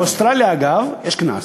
באוסטרליה, אגב, יש קנס.